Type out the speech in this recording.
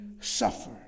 suffer